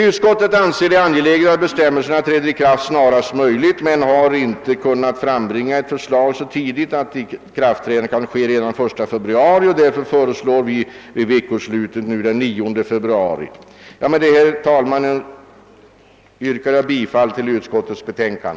Utskottet finner det angeläget att bestämmelserna träder i kraft snarast möjligt men har inte kunnat lägga fram ett förslag så tidigt att detta kan ske den 1 februari. Vi föreslår därför att bestämmelserna träder i kraft den 9 februari. Herr talman! Jag yrkar bifall till utskottets hemställan.